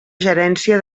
gerència